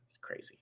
crazy